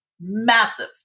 massive